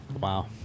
wow